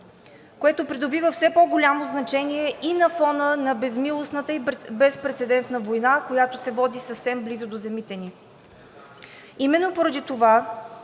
което придобива все по-голямо значение и на фона на безмилостната и безпрецедентна война, която се води съвсем близо до земите ни. Именно поради това